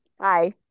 Hi